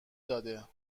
داده